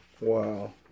Wow